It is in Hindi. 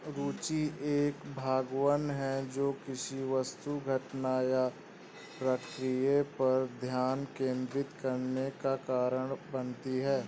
रूचि एक भावना है जो किसी वस्तु घटना या प्रक्रिया पर ध्यान केंद्रित करने का कारण बनती है